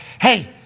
hey